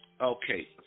Okay